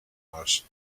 mars